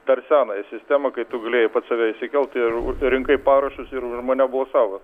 per senąją sistemą kai tu galėjai pats save išsikelt ir rinkai parašus ir už mane balsavo